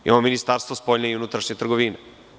Imamo Ministarstvo spoljne i unutrašnje trgovine.